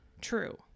true